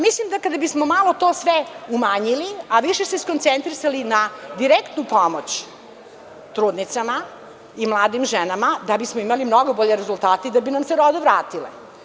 Mislim da kada bi smo malo to sve umanjili, a više se skoncentrisali na direktnu pomoć trudnicama i mladim ženama, da bi smo imali mnogo bolje rezultate i da bi nam se rode vratile.